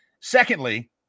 secondly